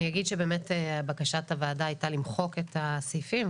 אני אגיד באמת בקשת הוועדה הייתה למחוק את הסעיפים.